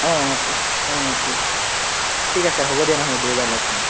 অঁ অঁ ঠিক অঁ অঁ ঠিক ঠিক আছে হ'ব দিয়া নহ'লে দেওবাৰে লগ পাম